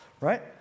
right